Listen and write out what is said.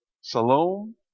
Salome